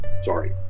Sorry